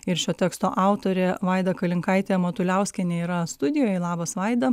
ir šio teksto autorė vaida kalinkaitė matuliauskienė yra studijoj labas vaida